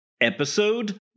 Episode